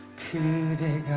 to the